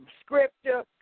scripture